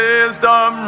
Wisdom